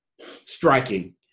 striking